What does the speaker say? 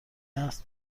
اسب